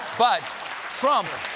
but trump,